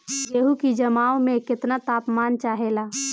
गेहू की जमाव में केतना तापमान चाहेला?